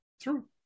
True